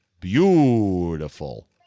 beautiful